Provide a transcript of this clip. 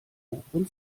oberen